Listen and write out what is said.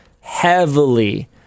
heavily